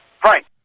Frank